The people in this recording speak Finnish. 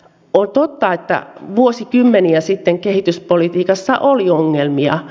on totta että vuosikymmeniä sitten kehityspolitiikassa oli ongelmia